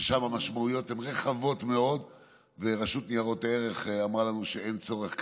ששם המשמעויות הן רחבות מאוד ורשות ניירות ערך אמרה לנו שאין צורך כרגע.